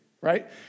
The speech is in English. right